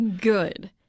good